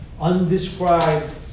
undescribed